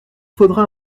faudra